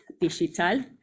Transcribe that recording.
Digital